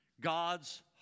God's